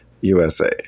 USA